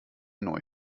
neu